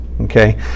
okay